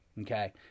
Okay